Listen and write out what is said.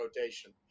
rotation